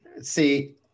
See